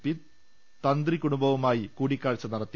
P Thantri കുടുംബവുമായി കൂടിക്കാഴ്ച നടത്തി